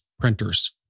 printers